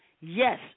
yes